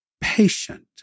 patient